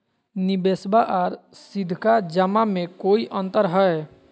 निबेसबा आर सीधका जमा मे कोइ अंतर हय?